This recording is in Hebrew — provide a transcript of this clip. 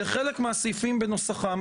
לחלק מהסעיפים בנוסחם.